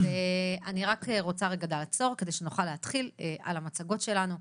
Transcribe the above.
אני רוצה לעצור רגע כדי שנוכל להתחיל על המצגות שלנו.